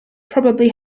probably